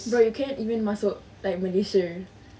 bro you can't even masuk malaysia